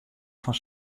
fan